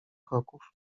kroków